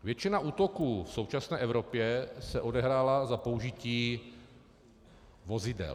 Většina útoků v současné Evropě se odehrála za použití vozidel.